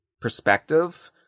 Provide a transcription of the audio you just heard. perspective